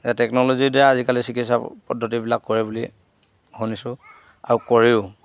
যে টেকন'লজিৰ দ্বাৰা আজিকালি চিকিৎসা পদ্ধতিবিলাক কৰে বুলি শুনিছোঁ আৰু কৰেও